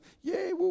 Yay